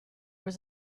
was